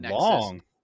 Long